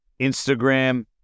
Instagram